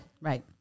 Right